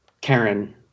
Karen